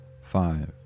five